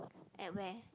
at where